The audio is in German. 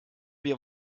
wir